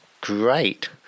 Great